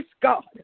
God